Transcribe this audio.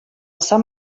sant